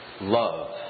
Love